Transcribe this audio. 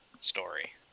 story